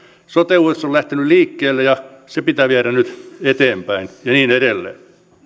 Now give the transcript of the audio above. sote uudistus on lähtenyt liikkeelle ja se pitää viedä nyt eteenpäin ja niin edelleen